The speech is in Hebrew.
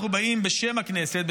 אנחנו באים בשם הכנסת,